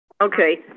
Okay